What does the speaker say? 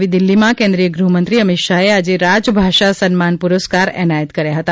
નવી દિલ્હીમાં કેન્દ્રીય ગૃહમંત્રી અમિત શાહે આજે રાજભાષા સન્માન પુરસ્કાર એનાયત કર્યા હતા